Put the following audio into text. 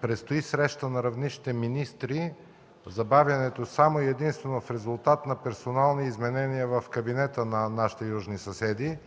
предстои среща на равнище министри. Забавянето е само и единствено в резултат на персонални изменения в кабинета на нашите южни съседи.